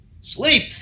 sleep